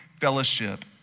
fellowship